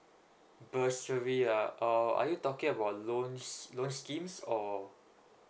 bursary uh or are you talking about loans loans schemes or